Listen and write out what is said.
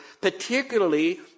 particularly